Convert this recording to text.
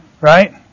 Right